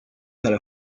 care